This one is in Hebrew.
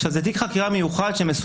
זה תיק חקירה מיוחד.